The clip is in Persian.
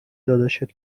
داداشت